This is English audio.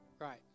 Right